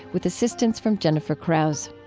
with assistance from jennifer krause.